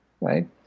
right